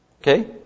Okay